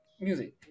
music